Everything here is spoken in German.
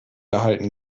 erhalten